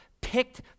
picked